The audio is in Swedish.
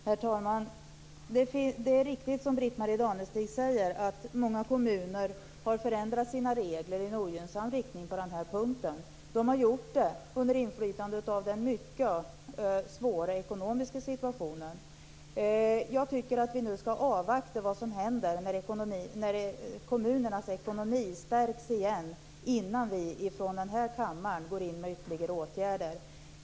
Herr talman! Det är riktigt som Britt-Marie Danestig säger, att många kommuner har förändrat sina regler i en ogynnsam riktning på den här punkten. Det har de gjort under inflytande av den mycket svåra ekonomiska situationen. Jag tycker att vi nu skall avvakta vad som händer när nu kommunernas ekonomi stärks igen, innan vi från den här kammaren går in med ytterligare åtgärder.